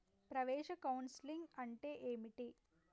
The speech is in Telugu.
ప్రవేశ కౌన్సెలింగ్ అంటే ఏమిటి?